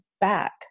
back